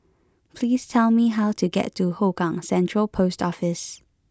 please tell me how to get to Hougang Central Post Office